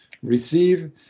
receive